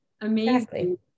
amazing